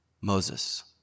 Moses